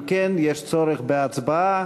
אם כן, יש צורך בהצבעה.